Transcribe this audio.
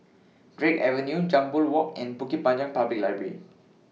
Drake Avenue Jambol Walk and Bukit Panjang Public Library